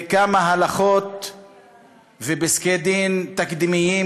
בכמה הלכות ופסקי-דין תקדימיים,